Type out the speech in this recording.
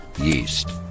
yeast